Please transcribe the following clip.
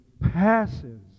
passes